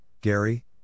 Gary